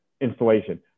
installation